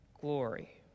glory